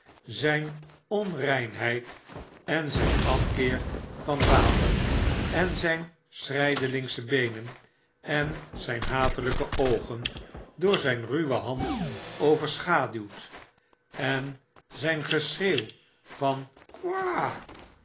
zijn onreinheid en zjn afkeer van water en zyn schrijdelingsche beenen en zijn hatelyke oogen door zijn rnwe hand overschaduwd en zyn geschreeuw van